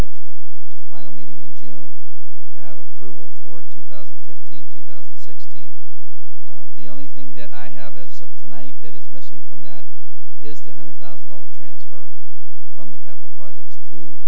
at the final meeting in june to have approval for two thousand and fifteen two thousand and sixteen the only thing that i have as of tonight that is missing from that is the hundred thousand dollars transfer from the capital projects to